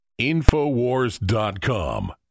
infowars.com